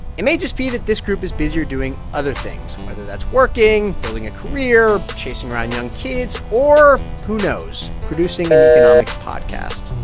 it may just be that this group is busier doing other things, whether that's working, building a career, chasing around young kids or who knows? producing an economics podcast